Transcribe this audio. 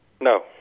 no